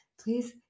please